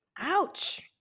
Ouch